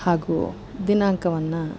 ಹಾಗೂ ದಿನಾಂಕವನ್ನು